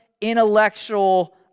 intellectual